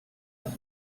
sein